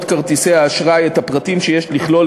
כרטיסי האשראי את הפרטים שיש לכלול,